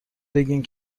بگین